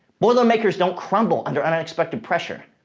boilermakers don't crumble under unexpected pressure.